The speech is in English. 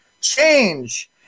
change